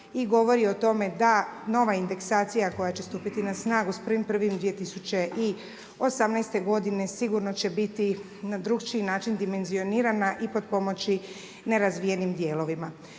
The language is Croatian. i govori o tome da nova indeksacija koja će stupiti na snagu s 1.1.2018. godine sigurno će biti na drugi način dimenzionirana i potpomoći nerazvijenim dijelovima.